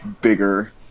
bigger